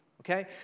Okay